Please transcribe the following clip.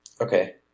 Okay